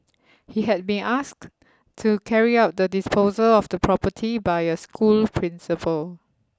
he had been asked to carry out the disposal of the property by a school principal